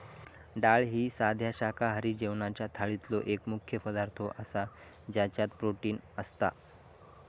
डाळ ही साध्या शाकाहारी जेवणाच्या थाळीतलो एक मुख्य पदार्थ आसा ज्याच्यात प्रोटीन असता